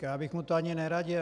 A já bych mu to ani neradil.